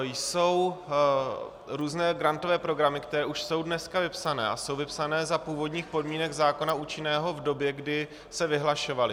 Jsou různé grantové programy, které už jsou dneska vypsané a jsou vypsané za původních podmínek zákona účinného v době, kdy se vyhlašovaly.